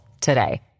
today